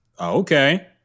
Okay